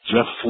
Jeff